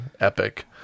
epic